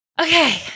Okay